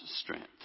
strength